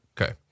Okay